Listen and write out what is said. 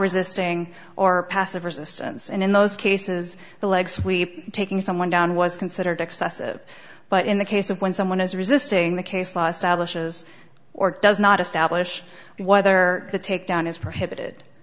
resisting or passive resistance and in those cases the leg sweep taking someone down was considered excessive but in the case of when someone is resisting the case law stylish is or does not establish whether the takedown is prohibited